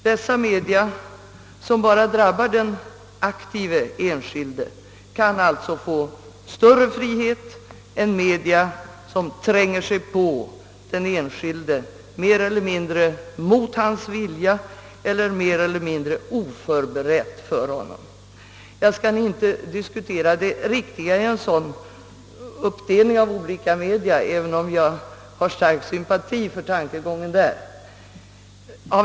Dessa media, som bara drabbar den aktive enskilde, kan alltså få större frihet än media som tränger sig på den enskilde mer eller mindre mot hans vilja eller mer eller mindre oförberett för honom. Jag skall nu inte diskutera det riktiga i en sådan uppdelning av olika media, även om jag har stark sympati för tankegången därvidlag.